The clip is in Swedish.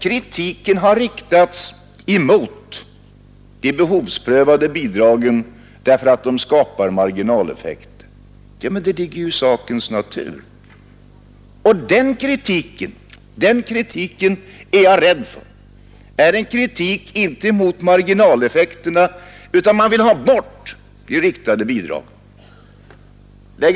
Kritiken har i stället riktats mot de behovsprövade bidragen därför att dessa skapar marginaleffekter. Ja, men det ligger ju i sakens natur. Och jag är rädd för att den kritiken inte gäller marginaleffekterna, utan syftar till att få bort de riktade bidragen.